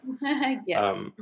Yes